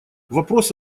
вопрос